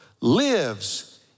lives